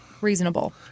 reasonable